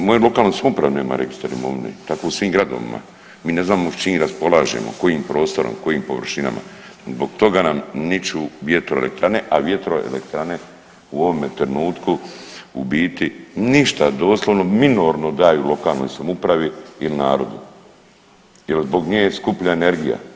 Moja lokalna samouprava nema registar imovine, tako i u svim gradovima, mi ne znamo s čim raspolažemo, kojim prostorom, kojim površinama, zbog toga nam niču vjetroelektrane, a vjetroelektrane u ovome trenutku u biti ništa, doslovno minorno daju lokalnoj samoupravi il narodu jel zbog nje je skuplja energija.